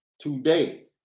today